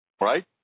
right